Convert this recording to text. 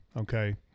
okay